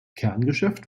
kerngeschäft